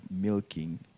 milking